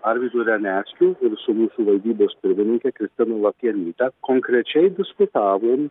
arvydu reneckiu ir su mūsų valdybos pirmininke kristina lapienyte konkrečiai diskutavom